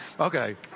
Okay